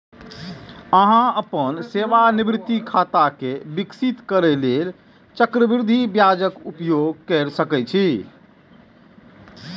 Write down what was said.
अहां अपन सेवानिवृत्ति खाता कें विकसित करै लेल चक्रवृद्धि ब्याजक उपयोग कैर सकै छी